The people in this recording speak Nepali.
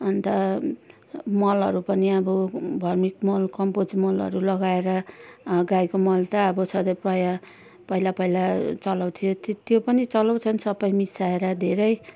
अन्त मलहरू पनि अब भर्मी मल कम्पोस्ट मलहरू लगाएर गाईको मल त अब सधैँ प्रायः पहिला पहिला चलाउँथ्यो त्यो पनि चलाउँछन् सबै मिसाएर धेरै